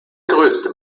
größte